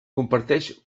comparteix